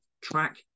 Track